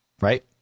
right